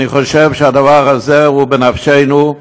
אני חושב שהדבר הזה הוא בנפשנו,